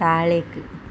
താഴേക്ക്